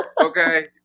Okay